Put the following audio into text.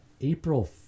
April